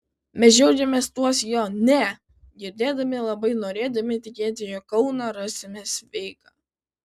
mes džiaugėmės tuos jo ne girdėdami labai norėdami tikėti jog kauną rasime sveiką